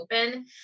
open